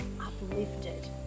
uplifted